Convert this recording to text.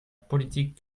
politique